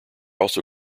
also